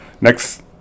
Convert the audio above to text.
next